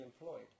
employed